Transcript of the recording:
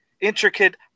intricate